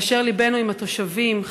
כאשר לבנו עם התושבים,